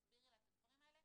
אם תסבירי לה את הדברים האלה,